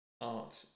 art